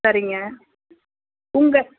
சரிங்க உங்கள்